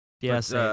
Yes